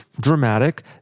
dramatic